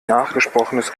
nachgesprochenes